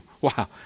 Wow